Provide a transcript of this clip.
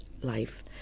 life